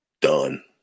Done